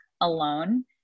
alone